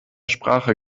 sprache